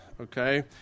Okay